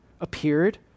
appeared